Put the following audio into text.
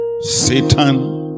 Satan